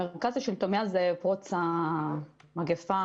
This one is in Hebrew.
מאז פרוץ המגפה,